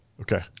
Okay